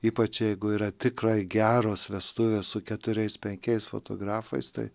ypač jeigu yra tikrai geros vestuvės su keturiais penkiais fotografais tai